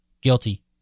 guilty